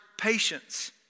patience